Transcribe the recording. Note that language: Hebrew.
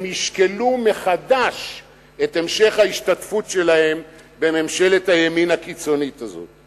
הם ישקלו מחדש את המשך ההשתתפות שלהם בממשלת הימין הקיצונית הזאת.